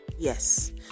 yes